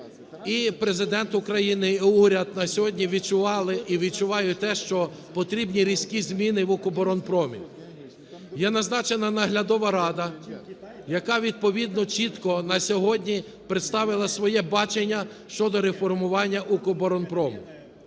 і Президент України, і уряд на сьогодні відчували і відчувають те, що потрібні різкі зміни в "Укроборонпромі". Є назначена наглядова рада, яка відповідно чітко на сьогодні представила своє бачення щодо реформування